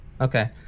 Okay